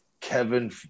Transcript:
Kevin